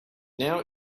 now